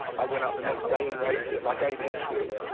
i went out the next day and raised it like eight inches.